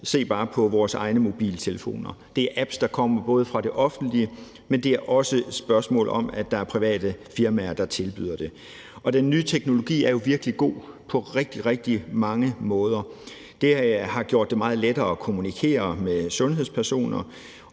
Se bare på vores egne mobiltelefoner. Det er apps, der kommer fra det offentlige, men det er også et spørgsmål om, at der er private firmaer, der tilbyder det. Den nye teknologi er jo virkelig god på rigtig, rigtig mange måder. Den har gjort det meget lettere at kommunikere med sundhedspersoner,